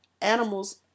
animals